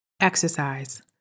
exercise